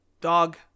dog